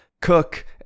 cook